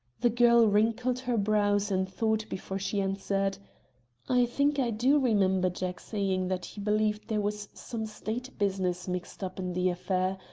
the girl wrinkled her brows in thought before she answered i think i do remember jack saying that he believed there was some state business mixed up in the affair,